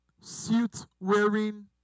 suit-wearing